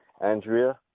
Andrea